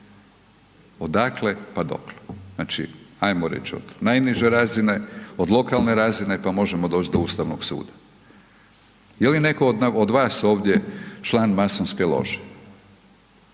Odakle, pa dokle? Znači, hajmo reći od najniže razine, od lokalne razine, pa možemo doći do Ustavnog suda. Je li netko od vas ovdje član masonske lože?